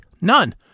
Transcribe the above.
None